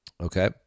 Okay